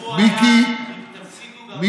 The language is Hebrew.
השבוע היה, תפסיקו, גם